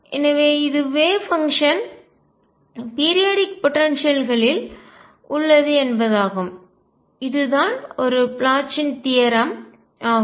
எனவே இது wave function அலை செயல்பாடு பீரியாடிக் போடன்சியல்களில் ஒரு குறிப்பிட்ட கால இடைவெளியில் உள்ளது என்பதாகும் இதுதான் ஒரு ப்ளாச்சின் தியரம் தேற்றம் ஆகும்